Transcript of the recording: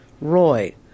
Roy